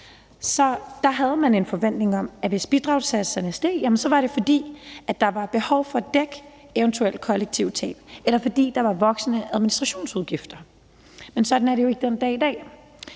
Der havde man en forventning om, at hvis bidragssatserne steg, var det, fordi der var behov for at dække eventuelle kollektive tab, eller fordi der var voksende administrationsudgifter. Men sådan er det jo ikke i dag.